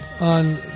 on